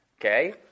okay